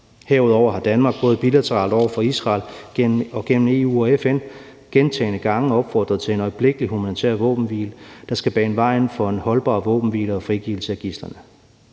Herudover har Danmark, både bilateralt over for Israel og gennem EU og FN, gentagne gange opfordret til en øjeblikkelig humanitær våbenhvile, der skal bane vejen for en holdbar våbenhvile og frigivelse af gidslerne.